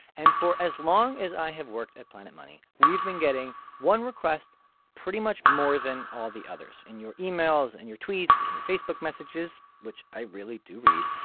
and for as long as i have worked at planet money, we've been getting one request pretty much more than all the others. in your emails and your tweets and your facebook messages, which i really do read,